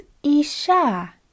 Isha